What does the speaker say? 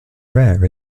rare